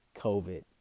COVID